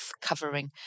covering